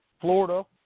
Florida